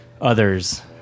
others